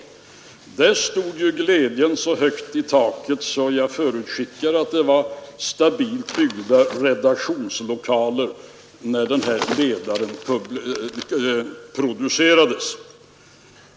Glädjen stod så högt i tak hos den tidningen att jag förutskickar att det var stabilt byggda redaktionslokaler när den här ledaren producerades.